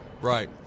right